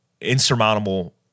insurmountable